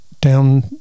down